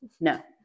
No